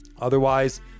otherwise